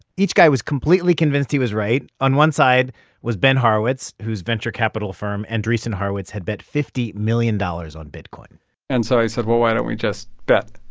each guy was completely convinced he was right. on one side was ben horowitz, whose venture capital firm andreessen horowitz had bet fifty million dollars on bitcoin and so i said, well, why don't we just bet?